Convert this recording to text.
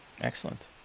excellent